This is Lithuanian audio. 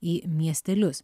į miestelius